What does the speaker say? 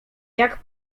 jak